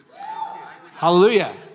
Hallelujah